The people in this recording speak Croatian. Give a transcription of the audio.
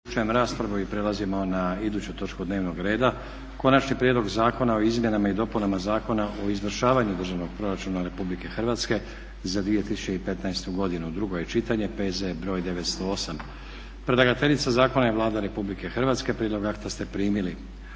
Nenad (SDP)** Prelazimo na iduću točku dnevnog reda 11. Konačni prijedlog zakona o izmjenama i dopunama Zakona o izvršavanju Državnog proračuna Republike Hrvatske za 2015. godinu, drugo čitanje, P.Z. br. 908. Predlagateljica zakona je Vlada Republike Hrvatske. Prijedlog akta ste primili.